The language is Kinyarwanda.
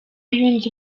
yunze